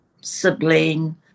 sibling